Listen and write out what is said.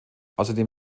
außerdem